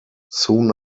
soon